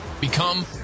Become